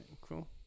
Cool